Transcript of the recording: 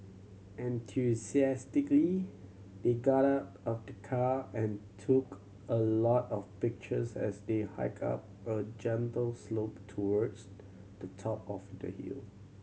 enthusiastically they got out of the car and took a lot of pictures as they hiked up a gentle slope towards the top of the hill